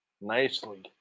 nicely